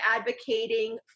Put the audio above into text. advocating